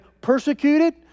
persecuted